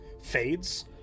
fades